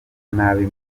nabi